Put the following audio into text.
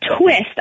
twist